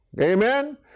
Amen